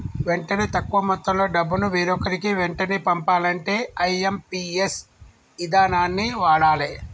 వెంటనే తక్కువ మొత్తంలో డబ్బును వేరొకరికి వెంటనే పంపాలంటే ఐ.ఎమ్.పి.ఎస్ ఇదానాన్ని వాడాలే